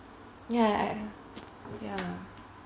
ya I I err ya